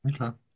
Okay